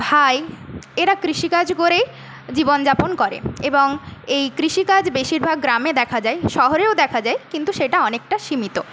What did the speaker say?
ভাই এরা কৃষিকাজ করেই জীবন যাপন করে এবং এই কৃষিকাজ বেশিরভাগ গ্রামে দেখা যায় শহরেও দেখা যায় কিন্তু সেটা অনেকটা সীমিত